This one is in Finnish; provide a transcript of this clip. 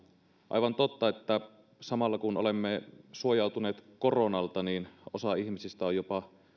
on aivan totta että samalla kun olemme suojautuneet koronalta niin osa ihmisistä on jopa